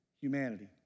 humanity